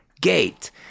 gate